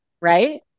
Right